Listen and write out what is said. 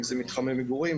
אם זה מתחמי מגורים,